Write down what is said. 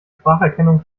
spracherkennung